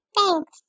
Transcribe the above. Thanks